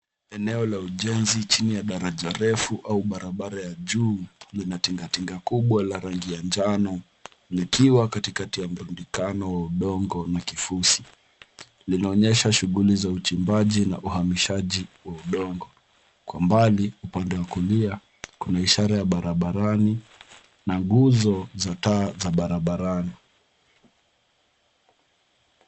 Eneo la ujenzi chini ya daraja refu au barabara ya juu lina tinga tinga kubwa la rangi ya njano likiwa katikati ya mrundikano wa udongo na kifusi. Linaonyesha shughuli za uchimbaji na uhamishaji wa udongo. Kwa umbali upande wa kulia, kuna ishara ya barabarani na nguzo za taa za barabarani.